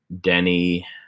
Denny